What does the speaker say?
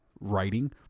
Writing